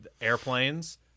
airplanes